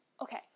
okay